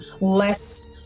less